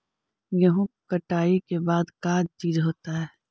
गेहूं कटाई के बाद का चीज होता है?